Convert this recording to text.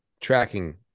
tracking